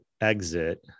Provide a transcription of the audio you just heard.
exit